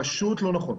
פשוט לא נכון.